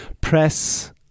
Press